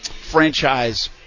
franchise